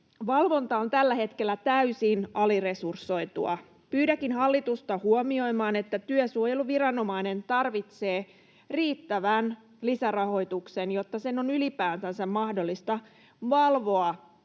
Valvonta on tällä hetkellä täysin aliresursoitua. Pyydänkin hallitusta huomioimaan, että työsuojeluviranomainen tarvitsee riittävän lisärahoituksen, jotta sen on ylipäätänsä mahdollista valvoa